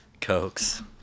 Cokes